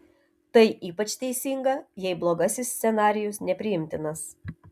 tai ypač teisinga jei blogasis scenarijus nepriimtinas